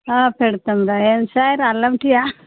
పెడతంరా ఏం సార్ అల్లం టీయా